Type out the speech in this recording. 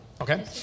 Okay